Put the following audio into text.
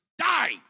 die